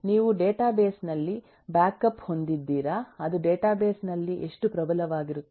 ನೀವು ಡೇಟಾಬೇಸ್ ನಲ್ಲಿ ಬ್ಯಾಕಪ್ ಹೊಂದಿದ್ದೀರಾ ಅದು ಡೇಟಾಬೇಸ್ ನಲ್ಲಿ ಎಷ್ಟು ಪ್ರಬಲವಾಗಿರುತ್ತದೆ